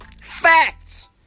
facts